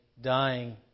dying